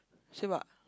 so what